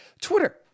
Twitter